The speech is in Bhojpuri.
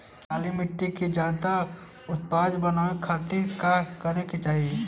काली माटी के ज्यादा उपजाऊ बनावे खातिर का करे के चाही?